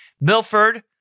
Milford